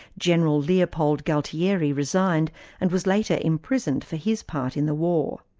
general leopold galtieri resigned and was later imprisoned for his part in the war.